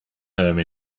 home